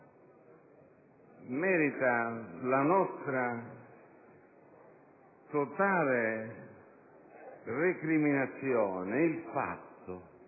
merita la nostra totale recriminazione il fatto